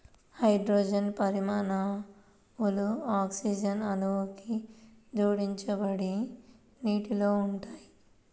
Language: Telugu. హైడ్రోజన్ పరమాణువులు ఆక్సిజన్ అణువుకు జోడించబడి నీటిలో ఉంటాయి